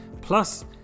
Plus